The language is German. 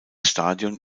stadion